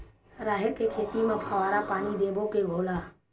राहेर के खेती म फवारा पानी देबो के घोला?